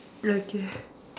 okay